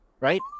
right